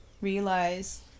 realize